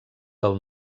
del